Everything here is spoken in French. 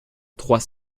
trois